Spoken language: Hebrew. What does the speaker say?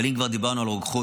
אבל אם כבר דיברנו על רוקחות,